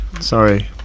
sorry